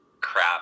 crap